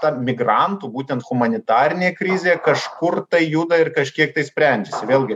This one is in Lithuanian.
ta migrantų būtent humanitarinė krizė kažkur tai juda ir kažkiek tai sprendžiasi vėlgi